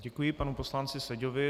Děkuji panu poslanci Seďovi.